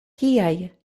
kiaj